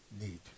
need